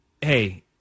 hey